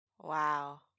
Wow